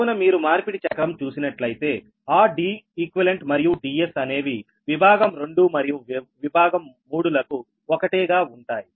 కావున మీరు మార్పిడి చక్రం చూసినట్లయితే ఆ Deq మరియు Ds అనేవి విభాగం 2 మరియు విభాగం 3 లకు ఒకటే గా ఉంటాయి